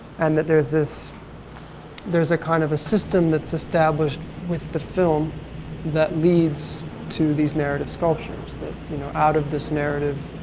and that there's this there's a kind of a system that's established with the film that leads to this narrative sculptures that, you know, out of this narrative,